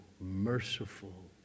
merciful